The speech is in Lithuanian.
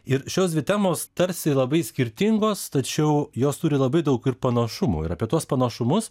ir šios dvi temos tarsi labai skirtingos tačiau jos turi labai daug panašumų ir apie tuos panašumus